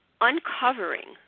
uncovering